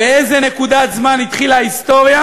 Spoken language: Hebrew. באיזו נקודת זמן התחילה ההיסטוריה?